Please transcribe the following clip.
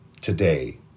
today